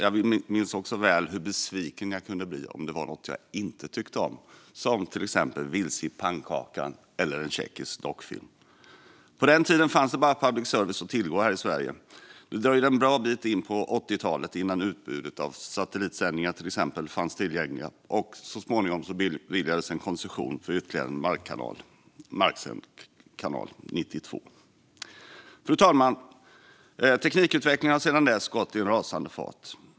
Jag minns också väl hur besviken jag kunde bli om det var något jag inte tyckte om, till exempel Vilse i pannkakan eller en tjeckisk dockfilm. På den tiden fanns bara public service att tillgå här i Sverige. Det dröjde en bra bit in på 80-talet innan till exempel satellitsändningar fanns tillgängliga. Och så småningom, 1992, beviljades en koncession för ytterligare en marksänd kanal. Fru talman! Teknikutvecklingen har sedan dess skett i en rasande fart.